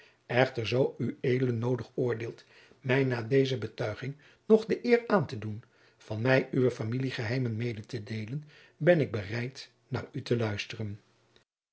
echter zoo ued noodig oordeelt mij na deze betuiging nog de eer aan te doen van mij uwe familiegeheimen mede te deelen ben ik bereid naar u te luisteren